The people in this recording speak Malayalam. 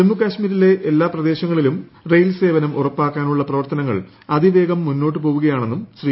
ജമ്മുകശ്മീരിലെ എല്ലാ ഭാഗങ്ങളും റെയിൽ സേവനം ഉറപ്പാക്കാനുള്ള പ്രവർത്തനങ്ങൾ അതിവേഗം മുന്നോട്ടു പോവുകയാണെന്നും ശ്രീ